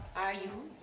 are you?